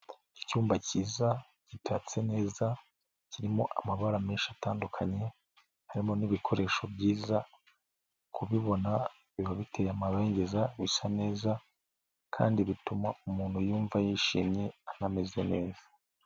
Icyumba kiza gitatse neza, kirimo amabara menshi atandukanye, harimo n'ibikoresho byiza kubibona biba biteye amabengeza, bisa neza kandi bituma umuntu yumva yishimye anameze neza.